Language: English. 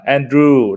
Andrew